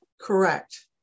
Correct